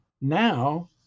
now